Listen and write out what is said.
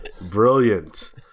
Brilliant